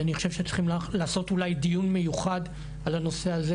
אני חושב שצריכים לעשות אולי דיון מיוחד על הנושא הזה